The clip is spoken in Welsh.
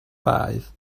baedd